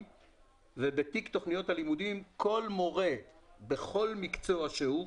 ובתיק תוכניות הלימודים כל מורה בכל מקצוע שהוא,